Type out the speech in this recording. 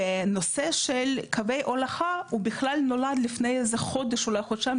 נושא של קווי הולכה נולד בכלל לפני כחודש-חודשיים.